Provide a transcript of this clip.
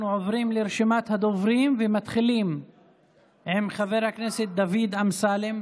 אנחנו עוברים לרשימת הדוברים ומתחילים עם חבר הכנסת דוד אמסלם,